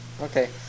Okay